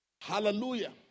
hallelujah